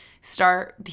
start